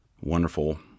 wonderful